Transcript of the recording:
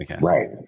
right